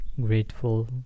grateful